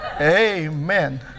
Amen